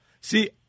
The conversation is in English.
see